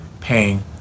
paying